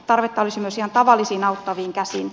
tarvetta olisi myös ihan tavallisiin auttaviin käsiin